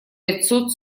пятьсот